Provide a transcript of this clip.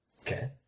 Okay